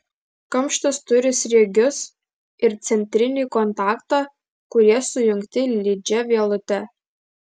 kamštis turi sriegius ir centrinį kontaktą kurie sujungti lydžia vielute